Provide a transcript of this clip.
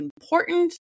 important